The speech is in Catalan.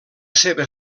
seva